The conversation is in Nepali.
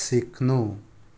सिक्नु